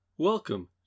Welcome